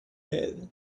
bed